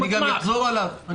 אני גם אחזור עליו.